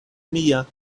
mia